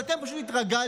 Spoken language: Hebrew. אבל אתם פשוט התרגלתם,